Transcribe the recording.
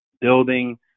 building